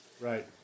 Right